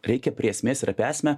reikia prie esmės ir apie esmę